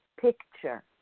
picture